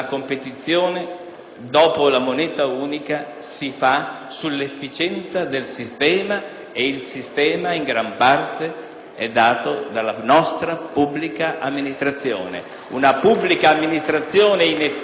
dopo la moneta unica, si fa sull'efficienza del sistema e il sistema, in gran parte, è dato dalla nostra pubblica amministrazione: una pubblica amministrazione inefficiente